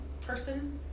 person